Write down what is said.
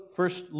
first